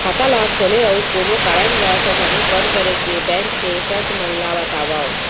खाता ला खोले अऊ कोनो कारनवश अचानक बंद करे के, बैंक के शर्त मन ला बतावव